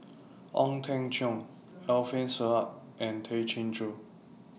Ong Teng Cheong Alfian Sa'at and Tay Chin Joo